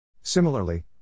Similarly